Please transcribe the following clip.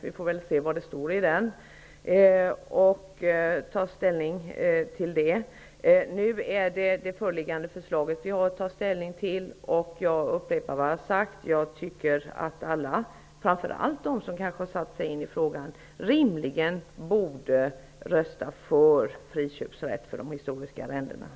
Vi får väl se vad som står i den och ta ställning till det. Nu har vi det föreliggande förslaget att ta ställning till. Jag upprepar vad jag har sagt. Jag tycker att alla, framför allt de som kanske har satt sig in i frågan, borde rösta för friköpsrätt vid historiska arrenden.